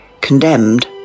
Condemned